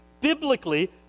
biblically